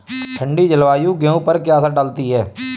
ठंडी जलवायु गेहूँ पर क्या असर डालती है?